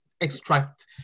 extract